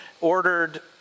ordered